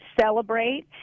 celebrate